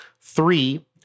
Three